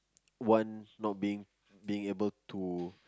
one not being being able to